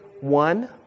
one